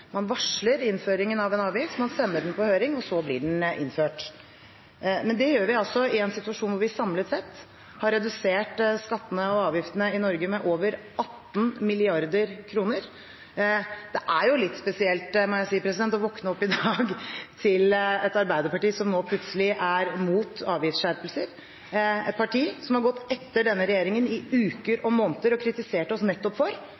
Man varsler innføringen av en avgift, man sender den på høring, og så blir den innført. Men det gjør vi i en situasjon hvor vi samlet sett har redusert skattene og avgiftene i Norge med over 18 mrd. kr. Det er litt spesielt, må jeg si, å våkne opp i dag til et Arbeiderparti som nå plutselig er imot avgiftsskjerpelser – et parti som har gått etter denne regjeringen i uker og måneder og kritisert oss nettopp for